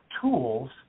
tools